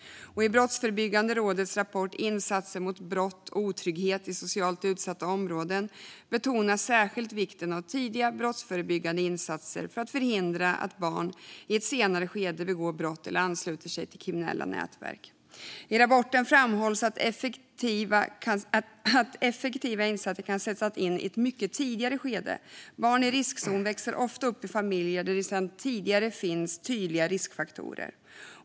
I Brottsförebyggande rådets rapport Insatser mot brott och otrygghet i socialt utsatta områden betonas särskilt vikten av tidiga brottsförebyggande insatser för att förhindra att barn i ett senare skede begår brott eller ansluter sig till kriminella nätverk. I rapporten framhålls att effektiva insatser kan sättas in i ett mycket tidigare skede. Barn i riskzon växer ofta upp i familjer där det sedan tidigare finns tydliga riskfaktorer.